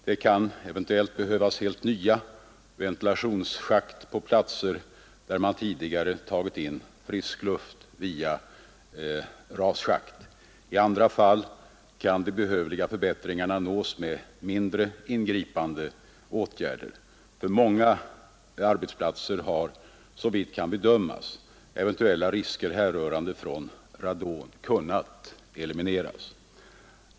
Det kan eventuellt behövas helt nya ventilationsschakt på platser där man tidigare tagit in friskluft via rasschakt. I andra fall kan de behövliga förbättringarna nås med mindre ingripande åtgärder. På många arbetsplatser har, såvitt kan bedömas, eventuella risker härrörande från radon kunnat elimineras.